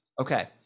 Okay